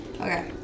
Okay